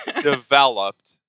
developed